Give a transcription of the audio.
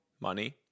money